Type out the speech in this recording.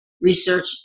research